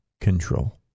control